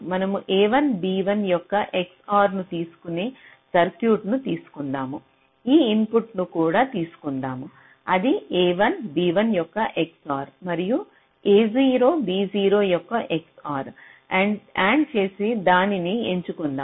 మనము a1 b1 యొక్క XOR ను తీసుకునే సర్క్యూట్ను తీసుకుందాము ఈ ఇన్పుట్ను కూడా తీసుకుందాం అది a1 b1 యొక్క XOR మరియు a0 b0 యొక్క XOR AND చేసి దానిని ఎంచుకుందాం